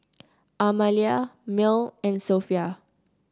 Amalia Mearl and Sophia